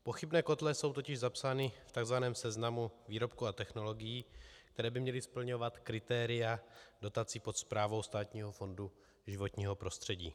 Pochybné kotle jsou totiž zapsány v takzvaném seznamu výrobků a technologií, které by měly splňovat kritéria dotací pod správou Státního fondu životního prostředí.